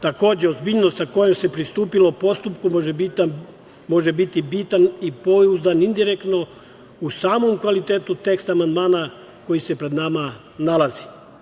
Takođe, ozbiljnost sa kojom se pristupilo postupku može biti bitan i pouzdan indirektno u samom kvalitetu teksta amandmana koji se pred nama nalazi.